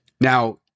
Now